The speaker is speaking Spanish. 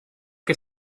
que